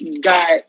got